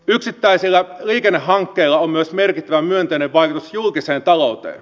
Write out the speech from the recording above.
yksittäisillä liikennehankkeilla on myös merkittävä myönteinen vaikutus julkiseen talouteen